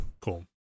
Cool